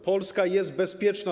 Polska jest bezpieczna